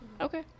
Okay